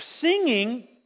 singing